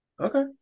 Okay